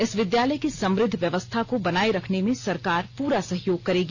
इस विद्यालय की समृद्ध व्यवस्था को बनाए रखने में सरकार पूरा सहयोग करेगी